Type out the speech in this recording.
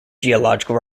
geological